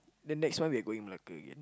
then next one you're going Malacca again